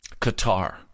Qatar